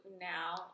now